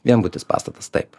vienbutis pastatas taip